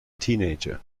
teenager